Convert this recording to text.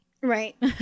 Right